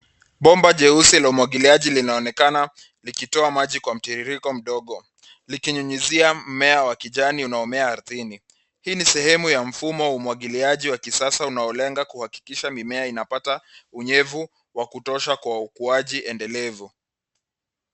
Bomba jeusi la umwagiliaji linaonenekana, likitoa maji kwa mtiririko mdogo. Likinyunyizia mmea wa kijani unaomea ardhini ,hii ni sehemu ya mfumo wa umwagiliaji wa kisasa ,unaolenga kuhakikisha mimea inapata unyevu wa kutosha , kwa ukuaji endelevu.